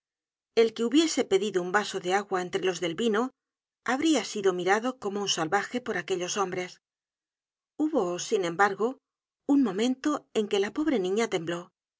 el que hubiese pedido un vaso de agua entre los del vino habria sido mirado como un salvaje por aquellos hombres hubo sin embargo un momento en que la pobre niña tembló